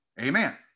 Amen